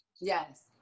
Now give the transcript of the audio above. Yes